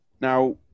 Now